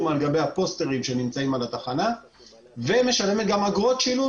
על גבי הפוסטרים שנמצאים על התחנה וגם משלמת אגרות שילוט